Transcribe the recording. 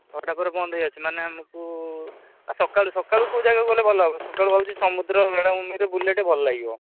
ଛଅଟା ପରେ ବନ୍ଦ ହୋଇଯାଉଛି ମାନେ ଆମକୁ ସକାଳୁ ସକାଳୁ କେଉଁ ଜାଗାକୁ ଗଲେ ଭଲ ହେବ ସକାଳୁ ଭାବୁଛି ସମୁଦ୍ର ବେଳାଭୂମିରେ ବୁଲିଲେ ଟିକିଏ ଭଲ ଲାଗିବ